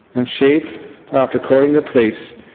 and she after calling the police